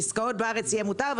על עסקאות בארץ יהיה מותר,